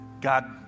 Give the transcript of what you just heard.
god